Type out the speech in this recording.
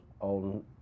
on